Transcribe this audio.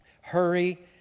hurry